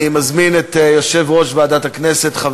אני אענה לך את